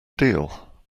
deal